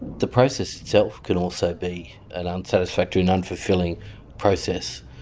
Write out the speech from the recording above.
the process itself can also be an unsatisfactory and unfulfilling process.